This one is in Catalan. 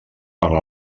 per